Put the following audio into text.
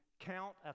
count